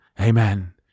amen